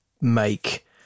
make